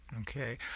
Okay